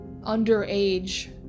underage